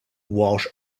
walsh